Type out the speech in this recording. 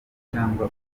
cyangwa